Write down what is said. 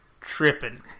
tripping